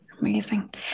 Amazing